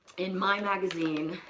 in my magazine,